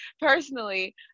personally